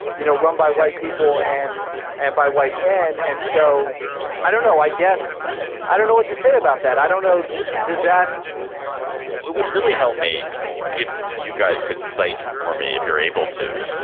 you know, run by white people and and by white men. and so i don't know. i guess i don't know what to say about that. i don't know does that would really help me if you guys could cite for me if you're able to